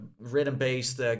rhythm-based